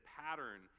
pattern